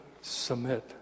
submit